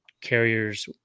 carriers